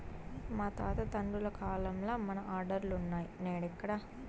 మా తాత తండ్రుల కాలంల మన ఆర్డర్లులున్నై, నేడెక్కడ